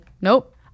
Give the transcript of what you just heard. Nope